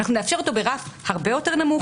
נאפשר אותו ברף הרבה יותר נמוך,